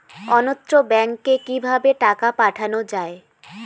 অন্যত্র ব্যংকে কিভাবে টাকা পাঠানো য়ায়?